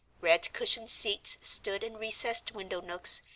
red-cushioned seats stood in recessed window nooks,